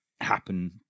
happen